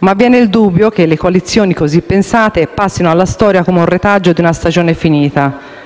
Ma viene il dubbio che le coalizioni così pensate passino alla storia come un retaggio di una stagione finita,